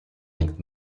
length